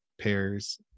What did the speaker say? pairs